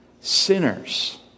sinners